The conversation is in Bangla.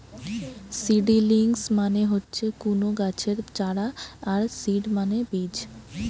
সিডিলিংস মানে হচ্ছে কুনো গাছের চারা আর সিড মানে বীজ